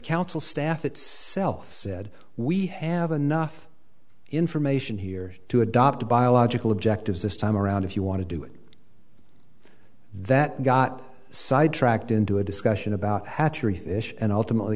council staff its self said we have enough information here to adopt a biological objectives this time around if you want to do it that got sidetracked into a discussion about hatchery and ultimately